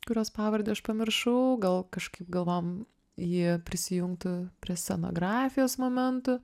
kurios pavardę aš pamiršau gal kažkaip galvojom jį prisijungtų prie scenografijos momentų